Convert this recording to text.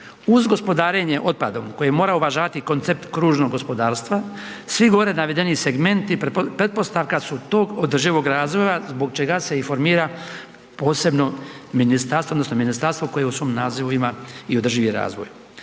Uz gospodarenje otpadom koje mora uvažavati koncept kružnog gospodarstva svi gore navedeni segmenti pretpostavka su tog održivog razvoja zbog čega se i formira posebno ministarstvo odnosno ministarstvo koje u svom nazivu ima i održivi razvoj.